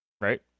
Right